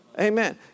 Amen